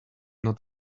not